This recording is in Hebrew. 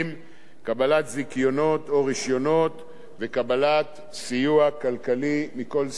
קבלת זיכיונות או רשיונות וקבלת סיוע כלכלי מכל סוג שהוא מהמדינה.